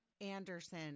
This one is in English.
Anderson